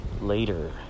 later